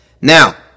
now